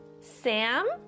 sam